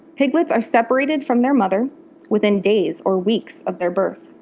piglets are separated from their mother within days or weeks of their birth,